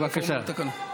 בבקשה.